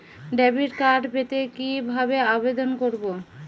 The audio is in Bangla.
ডেবিট কার্ড পেতে কি ভাবে আবেদন করব?